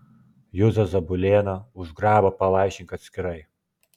juzą zabulėną už grabą pavaišink atskirai